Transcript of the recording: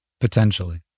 potentially